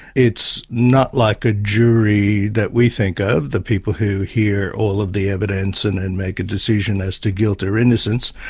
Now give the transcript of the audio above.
it's not like a jury that we think of, the people who hear all of the evidence and then and make a decision as to guilt or innocence,